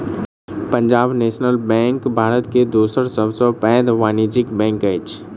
Punjab national bank Bharat के दोसर सब सॅ पैघ वाणिज्य बैंक अछि